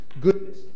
goodness